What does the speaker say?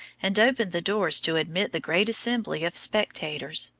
and opened the doors to admit the great assembly of spectators,